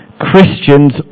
Christians